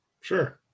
sure